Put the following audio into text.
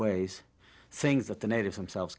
ways things that the natives themselves